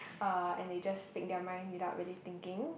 uh and they just speak their mind without really thinking